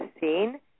seen